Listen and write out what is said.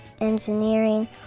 engineering